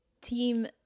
team